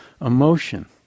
emotion